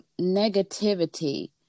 negativity